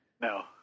No